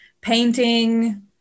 painting